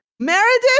Meredith